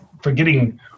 forgetting